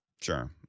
Sure